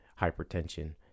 hypertension